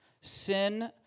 Sin